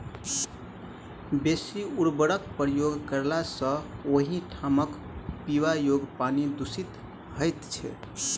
बेसी उर्वरकक प्रयोग कयला सॅ ओहि ठामक पीबा योग्य पानि दुषित होइत छै